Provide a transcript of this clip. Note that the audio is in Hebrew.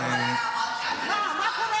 איך את יכולה, מלחמה.